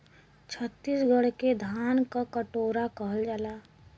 छतीसगढ़ के धान क कटोरा कहल जाला